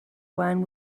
wine